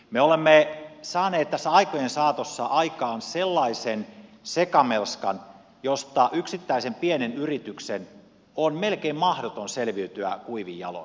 me olemme saaneet tässä aikojen saatossa aikaan sellaisen sekamelskan josta yksittäisen pienen yrityksen on melkein mahdoton selviytyä kuivin jaloin